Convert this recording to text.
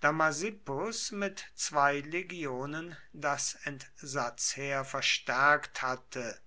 damasippus mit zwei legionen das entsatzheer verstärkt hatte